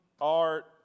art